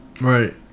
Right